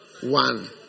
one